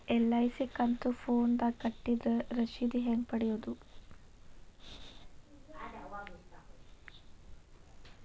LIC ಕಂತು ಫೋನದಾಗ ಕಟ್ಟಿದ್ರ ರಶೇದಿ ಹೆಂಗ್ ಪಡೆಯೋದು?